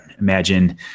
Imagine